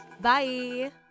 bye